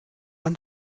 man